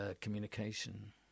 communication